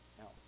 else